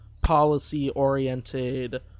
policy-oriented